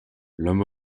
l’homme